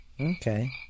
okay